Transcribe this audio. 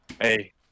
Hey